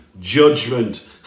judgment